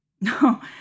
No